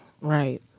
Right